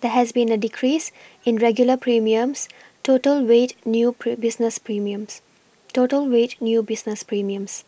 there has been a decrease in regular premiums total weighed new business premiums total weighed new business premiums